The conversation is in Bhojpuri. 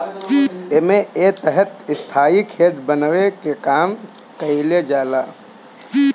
एमे एक तरह के स्थाई खेत बनावे के काम कईल जाला